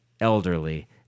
elderly